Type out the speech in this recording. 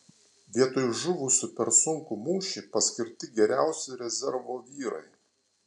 vietoj žuvusių per sunkų mūšį paskirti geriausi rezervo vyrai